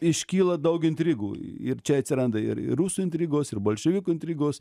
iškyla daug intrigų ir čia atsiranda ir ir rusų intrigos ir bolševikų intrigos